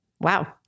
Wow